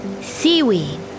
Seaweed